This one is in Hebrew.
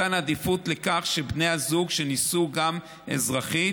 מתן עדיפות לכך שבני הזוג שנישאו גם אזרחית